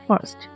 first